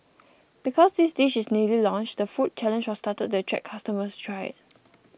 because this dish is newly launched the food challenge was started to attract customers to try it